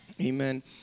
Amen